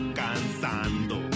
cansando